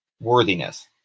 worthiness